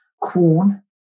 Corn